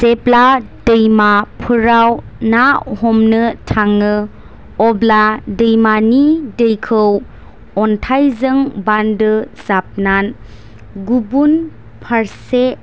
जेब्ला दैमाफोराव ना हमनो थाङो अब्ला दैमानि दैखौ अन्थाइजों बान्दो जाबनान गुबुन फारसे